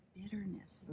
bitterness